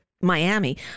Miami